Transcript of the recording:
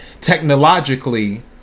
Technologically